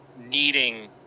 needing